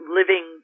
living